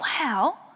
wow